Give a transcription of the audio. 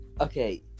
okay